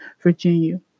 Virginia